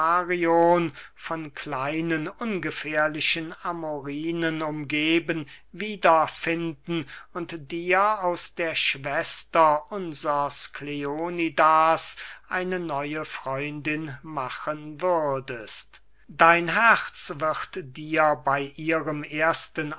von kleinen ungefährlichen amorinen umgeben wieder finden und dir aus der schwester unsers kleonidas eine neue freundin machen würdest dein herz wird dir bey ihrem ersten